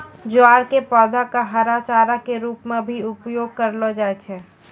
ज्वार के पौधा कॅ हरा चारा के रूप मॅ भी उपयोग करलो जाय छै